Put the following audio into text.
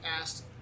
asked